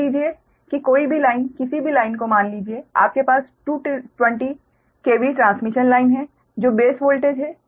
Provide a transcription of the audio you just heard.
मान लीजिए कि कोई भी लाइन किसी भी लाइन को मान लीजिए आपके पास 220 kV ट्रांसमिशन लाइन है जो बेस वोल्टेज है